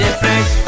fresh